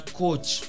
coach